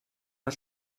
hat